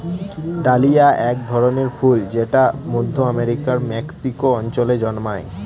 dahlia এক ধরনের ফুল যেটা মধ্য আমেরিকার মেক্সিকো অঞ্চলে জন্মায়